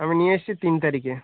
আমি নিয়ে এসেছি তিন তারিখে